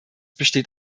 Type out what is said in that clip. besteht